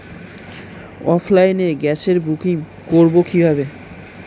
অফলাইনে গ্যাসের বুকিং করব কিভাবে?